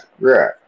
right